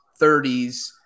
30s